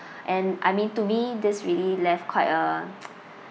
and I mean to me this really left quite a